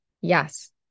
yes